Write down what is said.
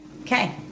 Okay